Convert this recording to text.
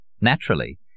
Naturally